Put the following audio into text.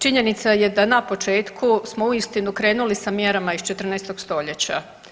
Činjenica je da na početku smo uistinu krenuli sa mjerama iz 14 stoljeća.